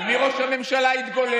על מי ראש הממשלה יתגולל?